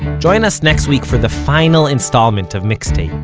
join us next week for the final installment of mixtape,